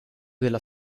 della